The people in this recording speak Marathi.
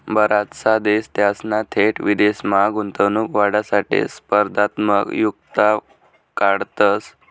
बराचसा देश त्यासना थेट विदेशमा गुंतवणूक वाढावासाठे स्पर्धात्मक युक्त्या काढतंस